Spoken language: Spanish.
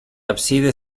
ábside